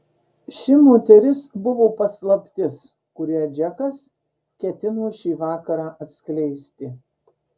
ši moteris buvo paslaptis kurią džekas ketino šį vakarą atskleisti